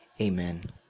Amen